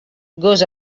gos